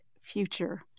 future